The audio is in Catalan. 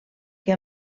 que